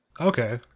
Okay